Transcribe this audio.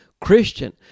christian